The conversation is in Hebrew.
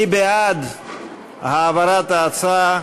מי בעד העברת ההצעה?